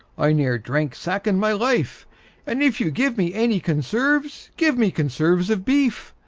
i ne'er drank sack in my life and if you give me any conserves, give me conserves of beef.